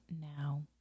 now